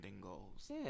goals